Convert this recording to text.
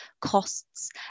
costs